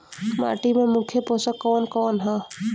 माटी में मुख्य पोषक कवन कवन ह?